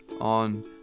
on